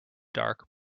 dark